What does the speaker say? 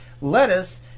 lettuce